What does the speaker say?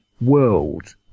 world